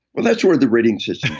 well, that's where the rating systems